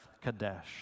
Kadesh